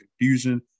confusion